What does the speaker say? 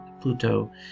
Pluto